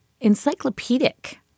encyclopedic